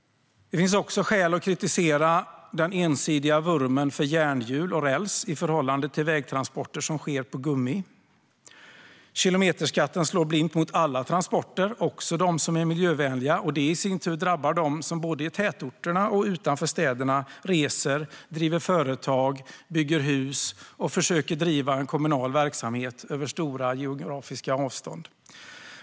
Det finns också skäl att kritisera den ensidiga vurmen för järnhjul och räls i förhållande till vägtransporter som sker på gummi. Kilometerskatten slår blint mot alla transporter, också de miljövänliga. Det i sin tur drabbar dem som både i tätorter och utanför städerna reser, driver företag, bygger hus och försöker bedriva kommunal verksamhet över stora geografiska avstånd.